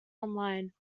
online